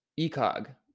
eCog